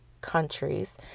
countries